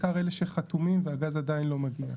בעיקר אלה שחתומים והגז עדיין לא מגיע.